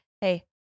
Hey